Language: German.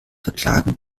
verklagen